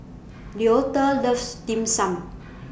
Leota loves Dim Sum